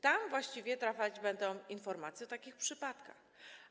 Tam właśnie trafiać będą informacje o takich przypadkach.